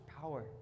power